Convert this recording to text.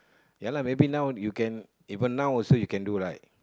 ya lah maybe now you can even now also you can do right